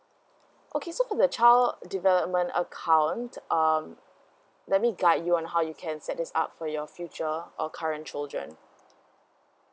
okay so for the child development account um let me guide you on how you can set this up for your future or current children